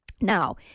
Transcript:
Now